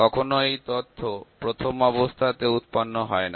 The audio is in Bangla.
কখনো এই তথ্য প্রথম অবস্থাতে উৎপন্ন হয় না